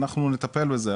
אנחנו נטפל בזה,